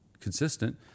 consistent